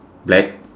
black